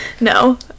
No